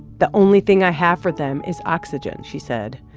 the only thing i have for them is oxygen, she said.